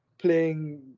Playing